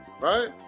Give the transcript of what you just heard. right